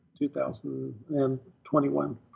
2021